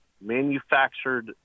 manufactured